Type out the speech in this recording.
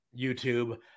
YouTube